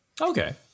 Okay